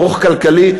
ברוֹך כלכלי,